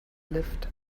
lived